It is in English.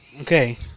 Okay